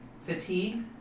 Fatigue